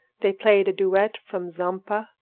they played a duet from zampa,